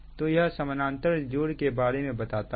तो यह समानांतर जोड़ के बारे में बताता है